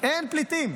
אין פליטים.